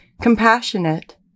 Compassionate